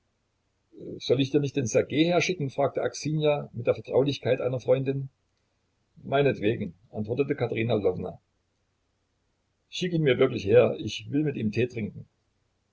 soll ich dir nicht den sjergej herschicken fragte aksinja mit der vertraulichkeit einer freundin meinetwegen antwortete katerina lwowna schick ihn mir wirklich her ich will mit ihm tee trinken